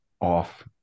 off